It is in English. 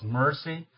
mercy